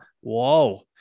Whoa